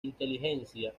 inteligencia